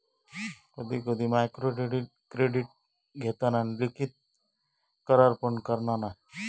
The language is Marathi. कधी कधी मायक्रोक्रेडीट घेताना लिखित करार पण करना नाय